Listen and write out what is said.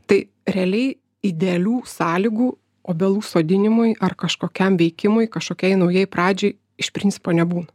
tai realiai idealių sąlygų obelų sodinimui ar kažkokiam veikimui kažkokiai naujai pradžiai iš principo nebūna